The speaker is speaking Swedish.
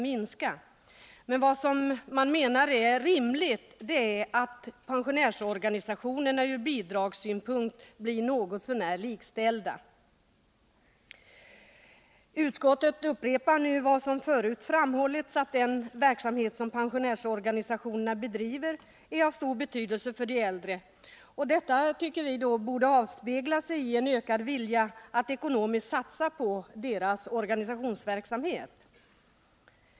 Men vi menar att det är rimligt att pensionärsorganisationerna ur bidragssynpunkt blir något så när likställda med andra organisationer. Utskottet upprepar nu vad som förut framhållits, att den verksamhet som pensionärsorganisationerna bedriver är av stor betydelse för de äldre. Detta tycker vi borde avspegla sig i en ökad vilja att ekonomiskt satsa på deras organisationsverksamhet.